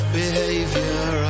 behavior